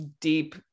deep